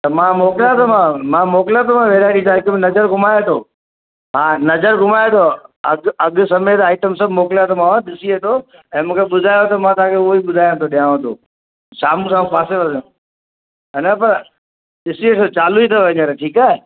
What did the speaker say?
त मां मोकिलियावं थी मांव मां मोकिलियां थो न वैरायटी तव्हां हिकु मिंट नज़र घुमाए वठो तव्हां नज़र घुमाए वठो अघु समेत आइटम सभु मोकिलियां थो मांव ॾिसी वठो ऐं मूंखे ॿुधायो त मां तव्हांखे उहो ही ॿुधायां थो ॾियांव तो साम्हूं साम पासे वारो हिनजो पर ॾिसी वठो चालू ई अथव हींअर ठीकु आहे